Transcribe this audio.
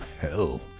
Hell